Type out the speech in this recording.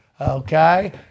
Okay